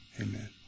amen